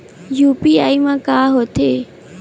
UPI मा का होथे?